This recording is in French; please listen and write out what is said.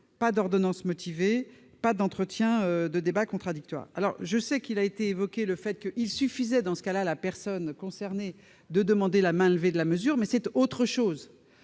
pas d'ordonnance motivée, pas de débat contradictoire ! Certes, on a évoqué le fait qu'il suffirait, dans ce cas, à la personne concernée de demander la mainlevée de la mesure, mais c'est autre chose.